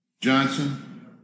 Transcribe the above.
Johnson